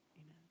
Amen